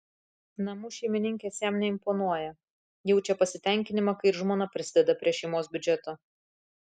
namų šeimininkės jam neimponuoja jaučia pasitenkinimą kai ir žmona prisideda prie šeimos biudžeto